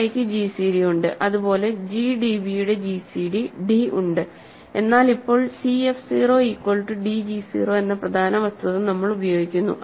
ci ക്കു gcd ഉണ്ട് അതുപോലെ gdb യുടെ gcd d ഉണ്ട് എന്നാൽ ഇപ്പോൾ cf 0 ഈക്വൽ റ്റു dg 0 എന്ന പ്രധാന വസ്തുത നമ്മൾ ഉപയോഗിക്കുന്നു